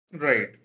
Right